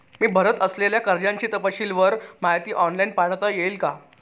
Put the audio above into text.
मी भरत असलेल्या कर्जाची तपशीलवार माहिती ऑनलाइन पाठवता येईल का?